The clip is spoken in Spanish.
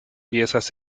piezas